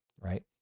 right